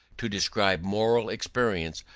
to describe moral experience,